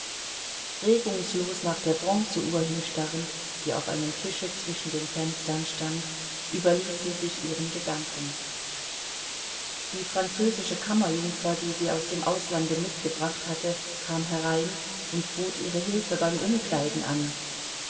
regungslos nach der bronze uhr hinstarrend die auf einem tische zwischen den fenstern stand überließ sie sich ihren gedanken die französische kammerjungfer die sie aus dem auslande mitgebracht hatte kam herein und bot ihre hilfe beim umkleiden an